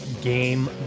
Game